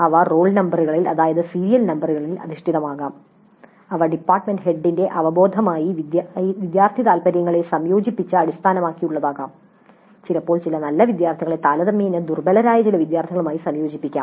അവ റോൾ നമ്പറുകളിൽ അതായത് സീരിയൽ നമ്പറുകളിൽ അധിഷ്ഠിതമാകാം അവ ഡിപ്പാർട്ട്മെന്റ് ഹെഡിന്റെ അവബോധമായി വിദ്യാർത്ഥിതാൽപ്പര്യങ്ങളെ സംയോജിപ്പിച്ച് അടിസ്ഥാനമാക്കിയുള്ളതാകാം ചിലപ്പോൾ ചില നല്ല വിദ്യാർത്ഥികളെ താരതമ്യേന ദുർബലരായ ചില വിദ്യാർത്ഥികളുമായി സംയോജിപ്പിക്കാം